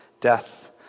Death